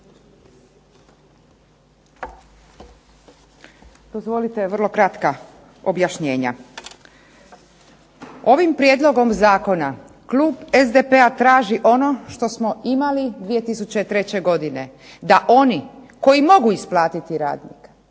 Dozvolite vrlo kratka objašnjenja. Ovim prijedlogom zakona Klub SDP-a traži ono što smo imali 2003. godine, da oni koji mogu isplatiti radnika,